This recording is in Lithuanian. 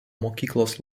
mokyklos